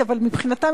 אבל מבחינתם,